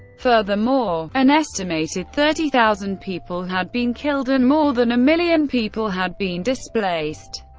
furthermore, an estimated thirty thousand people had been killed and more than a million people had been displaced.